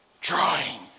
trying